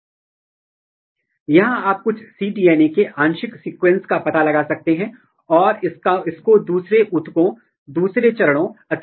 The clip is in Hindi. और उन क्रोमैटिन क्षेत्र या उन क्रोमैटिन टुकड़े को जो आपके प्रोटीन से बंधे होते हैं को नीचे खींचें और फिर आप प्रोटीनएस के साथ ट्रीट करते हैं